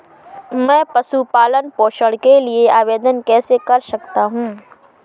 मैं पशु पालन पोषण के लिए आवेदन कैसे कर सकता हूँ?